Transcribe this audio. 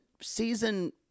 season